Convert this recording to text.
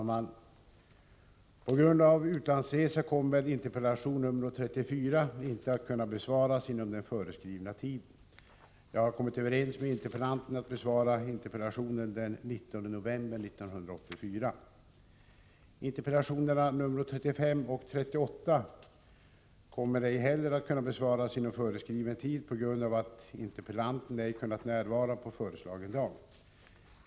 Herr talman! På grund av utlandsresa kommer interpellation nr 34 inte att kunna besvaras inom den föreskrivna tiden. Jag har kommit överens med interpellanten att besvara interpellationen den 19 november 1984. Interpellationerna nr 35 och 38 kommer ej heller att kunna besvaras inom föreskriven tid, på grund av att interpellanten ej kunnat närvara i kammaren på föreslagen dag.